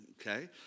okay